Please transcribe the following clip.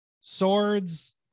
swords